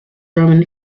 roman